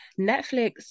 Netflix